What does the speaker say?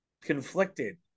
conflicted